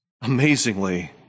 amazingly